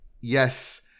yes